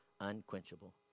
unquenchable